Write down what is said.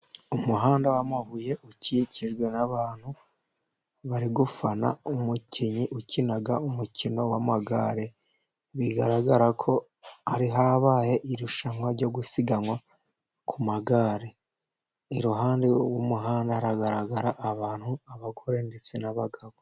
Umuhanda w'amabuye, ukikijwe n'abantu bari gufana umukinnyi ukina umukino w'amagare. Bigaragara ko hari habaye irushanwa ryo gusiganwa ku magare. Iruhande rw'umuhanda haragaragara abantu, abagore, ndetse n'abagabo.